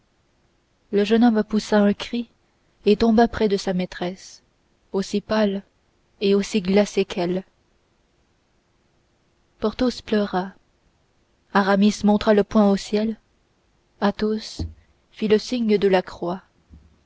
le jeune homme poussa un cri et tomba près de sa maîtresse aussi pâle et aussi glacé qu'elle porthos pleura aramis montra le poing au ciel athos fit le signe de la croix